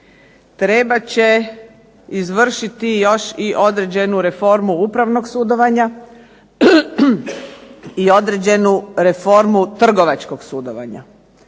trebat će izvršiti još i određenu reformu upravnog sudovanja i određenu reformu trgovačkog sudovanja.